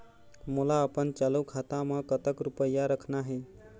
मोला अपन चालू खाता म कतक रूपया रखना हे?